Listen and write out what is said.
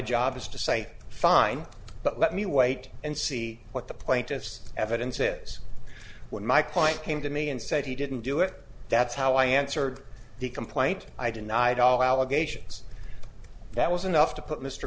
job is to say fine but let me wait and see what the plaintiff's evidence is when my client came to me and said he didn't do it that's how i answered the complaint i denied all allegations that was enough to put mr